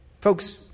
Folks